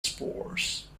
spores